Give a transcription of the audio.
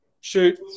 shoot